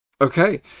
Okay